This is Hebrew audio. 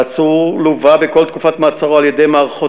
העצור לווה בכל תקופת מעצרו על-ידי מערכות